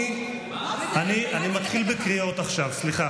אני מתחיל בקריאות עכשיו, סליחה.